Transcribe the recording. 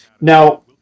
Now